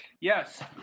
Yes